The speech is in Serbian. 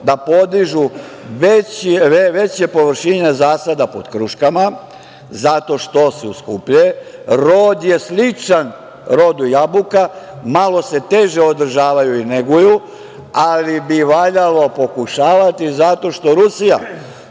da podižu veće površine zasada pod kruškama, zato što su skuplje. Rod je sličan rodu jabuka, malo se teže održavaju i neguju, ali bi valjalo pokušavati, zato što Rusija